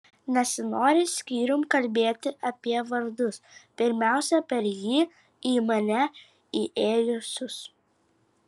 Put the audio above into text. nesinori skyrium kalbėti apie vardus pirmiausia per jį į mane įėjusius